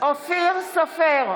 בעד אופיר סופר,